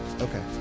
Okay